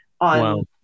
on